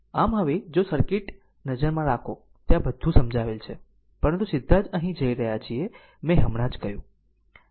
આમ હવે જો સર્કિટ નજરમાં રાખો ત્યાં બધું સમજાવેલ છે પરંતુ સીધા જ અહીં જઇ રહ્યા છીએ મેં હમણાં જ કહ્યું